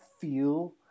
feel